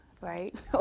right